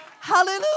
hallelujah